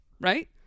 right